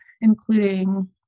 including